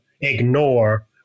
Ignore